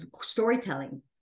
storytelling